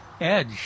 edge